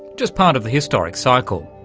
just part of the historic cycle.